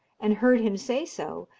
and heard him say so,